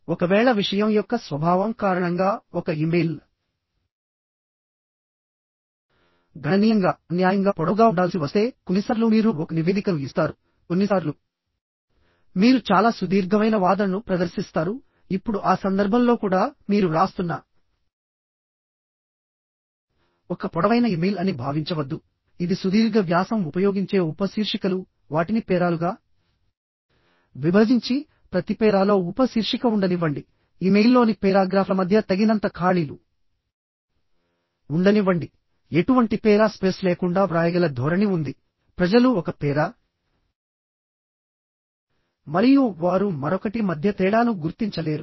ఒకవేళ విషయం యొక్క స్వభావం కారణంగా ఒక ఇమెయిల్ గణనీయంగా అన్యాయంగా పొడవుగా ఉండాల్సి వస్తే కొన్నిసార్లు మీరు ఒక నివేదికను ఇస్తారు కొన్నిసార్లు మీరు చాలా సుదీర్ఘమైన వాదనను ప్రదర్శిస్తారు ఇప్పుడు ఆ సందర్భంలో కూడా మీరు వ్రాస్తున్న ఒక పొడవైన ఇమెయిల్ అని భావించవద్దు ఇది సుదీర్ఘ వ్యాసం ఉపయోగించే ఉప శీర్షికలు వాటిని పేరాలుగా విభజించి ప్రతి పేరాలో ఉప శీర్షిక ఉండనివ్వండి ఇమెయిల్లోని పేరాగ్రాఫ్ల మధ్య తగినంత ఖాళీలు ఉండనివ్వండి ఎటువంటి పేరా స్పేస్ లేకుండా వ్రాయగల ధోరణి ఉంది ప్రజలు ఒక పేరా మరియు వారు మరొకటి మధ్య తేడాను గుర్తించలేరు